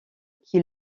qui